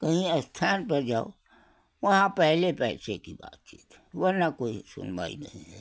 कहीं स्थान पर जाओ वहाँ पहले पैसे की बातचीत वरना कोई सुनवाई नहीं है